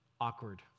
awkward